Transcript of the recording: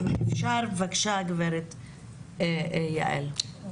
הגברת יעל, בבקשה.